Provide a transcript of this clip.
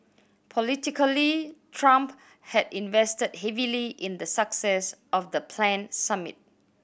politically Trump had invested heavily in the success of the planned summit